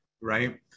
right